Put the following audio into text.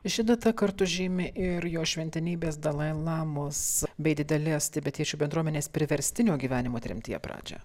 ši data kartu žymi ir jo šventenybės dalai lamos bei didelės tibetiečių bendruomenės priverstinio gyvenimo tremtyje pradžią